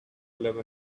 live